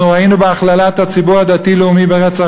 אנחנו ראינו בהכללת הציבור הדתי-לאומי ברצח